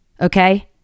Okay